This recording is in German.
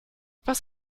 was